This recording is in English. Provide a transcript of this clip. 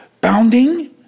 bounding